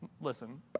listen